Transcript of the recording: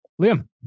Liam